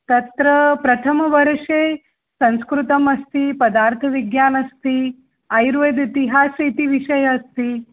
तत्र प्रथमवर्षे संस्कृतमस्ति पदार्थविज्ञानम् अस्ति आयुर्वेद इतिहासः इति विषयः अस्ति